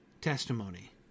testimony